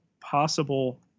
possible